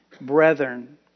brethren